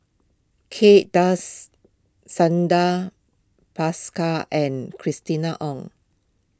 Kay Das Bhaskar and Christina Ong